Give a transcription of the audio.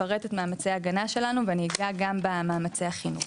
לפרט את מאמצי ההגנה שלנו ואני אגע גם במאמצי החינוך.